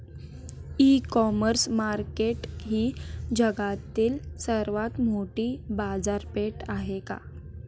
इ commerce market ही जगातील सर्वात मोठी बाजारपेठ आहे का?